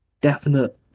definite